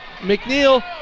McNeil